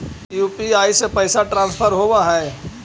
UPI से पैसा transfer होवहै?